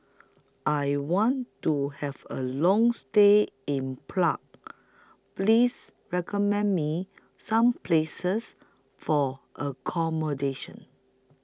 I want to Have A Long stay in Please recommend Me Some Places For accommodation